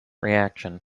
reaction